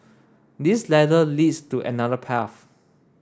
this ladder leads to another path